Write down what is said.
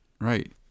Right